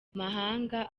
mahanga